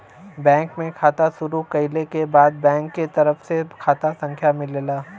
bank में खाता शुरू कइले क बाद बैंक के तरफ से खाता संख्या मिलेला